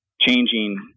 changing